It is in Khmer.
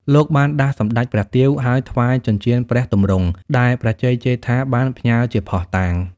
លោកបានដាស់សម្តេចព្រះទាវ ហើយថ្វាយ ចិញ្ចៀនព្រះទម្រង់ ដែលព្រះជ័យជេដ្ឋាបានផ្ញើជាភស្តុតាង។